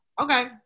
Okay